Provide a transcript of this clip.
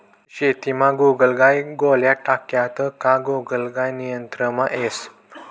शेतीमा गोगलगाय गोळ्या टाक्यात का गोगलगाय नियंत्रणमा येस